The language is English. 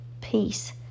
peace